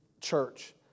church